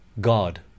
God